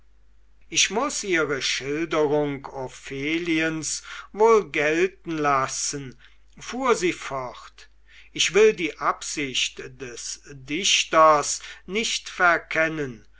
ich muß ihre schilderung opheliens wohl gelten lassen fuhr sie fort ich will die absicht des dichters nicht verkennen